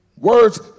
Words